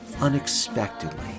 unexpectedly